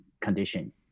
condition